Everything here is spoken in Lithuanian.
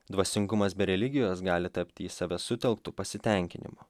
dvasingumas be religijos gali tapti į save sutelktu pasitenkinimu